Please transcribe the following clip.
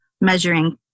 measuring